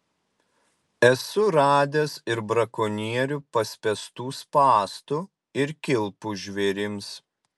esu radęs ir brakonierių paspęstų spąstų ir kilpų žvėrims